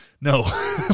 no